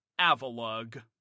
Avalug